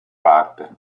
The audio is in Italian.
parte